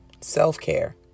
Self-care